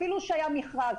אפילו שהיה מכרז,